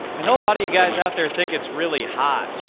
i know a lot of you guys out there think it's really hot,